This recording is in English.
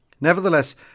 Nevertheless